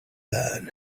learn